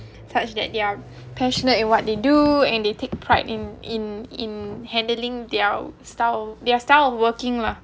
such that they are passionate in what they do and they take pride in in in handling their style their style of working lah